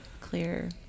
clear